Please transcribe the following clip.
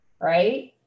right